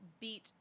beat